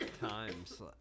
times